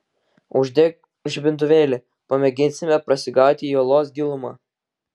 uždek žibintuvėlį pamėginsime prasigauti į olos gilumą